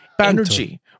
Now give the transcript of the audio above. energy